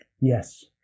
Yes